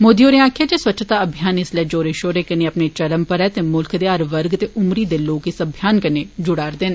मोदी होरें आक्खेआ स्वच्छता अभियान इस्सलै जोरें शोरें कन्नै अपने चरम पर ऐ ते मुल्ख दे हर वर्ग ते उम्री दे लोक इस अभियान कन्नै जुड़े दे न